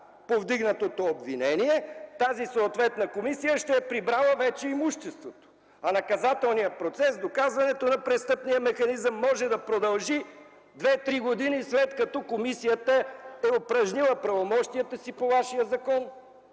повдигнатото обвинение, тази съответна комисия ще е прибрала вече имуществото, а наказателният процес, доказването на престъпния механизъм може да продължи две-три години след като комисията е упражнила правомощията си по вашия закон.